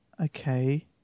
okay